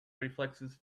reflexes